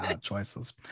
choices